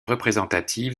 représentatives